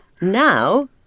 Now